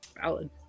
Valid